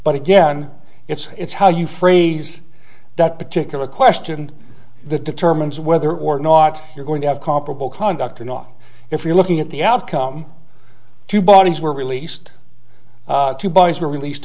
but again it's it's how you phrase that particular question that determines whether or not you're going to have comparable conduct or not if you're looking at the outcome two bodies were released two bodies were released